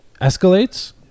escalates